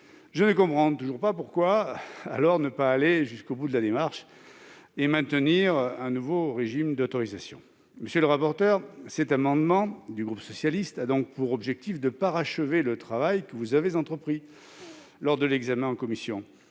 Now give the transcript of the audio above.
je ne comprends toujours pas pourquoi il n'est pas allé jusqu'au bout de sa démarche en maintenant un nouveau régime d'autorisation. Monsieur le rapporteur pour avis, cet amendement du groupe socialiste a donc pour objet de parachever le travail que vous avez entrepris lors de l'examen en commission,